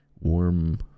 warm